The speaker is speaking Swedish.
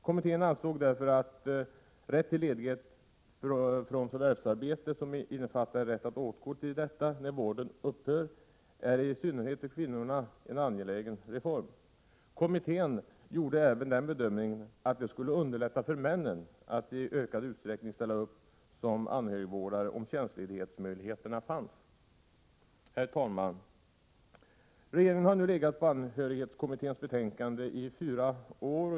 Kommittén ansåg därför att rätt till ledighet från förvärvsarbete som innefattar en rätt att återgå till detta när vården upphör är en i synnerhet för kvinnorna angelägen reform. Kommittén gjorde även den bedömningen att det skulle underlätta för männen att i ökad utsträckning ställa upp som anhörigvårdare om tjänstledighetsmöjlighet fanns. Herr talman! Regeringen har nu legat på anhörigvårdskommitténs betänkande i fyra år.